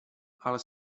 ale